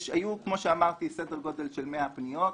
כמו שאמרתי, היו סדר גודל של 100 פניות.